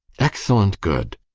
excellent good.